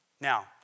Now